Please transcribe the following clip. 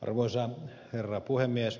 arvoisa herra puhemies